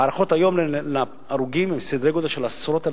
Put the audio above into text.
וההערכות היום על מספר ההרוגים הם בסדר גודל של עשרות אלפים.